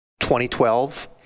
2012